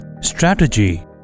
Strategy